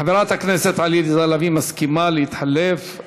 חברת הכנסת עליזה לביא מסכימה להתחלף,